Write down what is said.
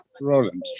Roland